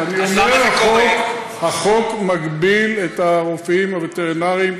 אני אומר: החוק מגביל את הרופאים הווטרינרים.